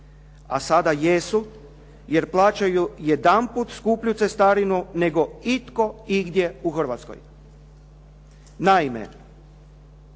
a sada jesu, jer plaćaju jedanput skuplju cestarinu nego itko igdje u Hrvatskoj. Naime,